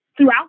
Throughout